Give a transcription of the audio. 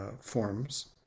forms